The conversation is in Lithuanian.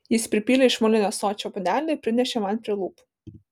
jis pripylė iš molinio ąsočio puodelį ir prinešė man prie lūpų